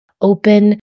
open